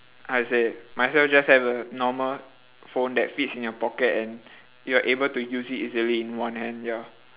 how to say might as well just have a normal phone that fits in your pocket and you're able to use it easily in one hand ya